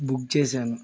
book చేశాను